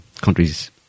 countries